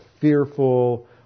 fearful